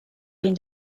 been